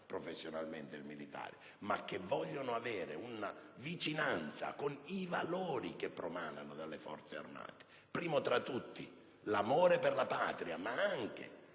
professionalmente il militare, ma vogliono avere una vicinanza con i valori che promanano dalle Forze armate, primo tra tutti l'amore per la Patria, ma anche